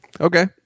Okay